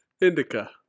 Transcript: Indica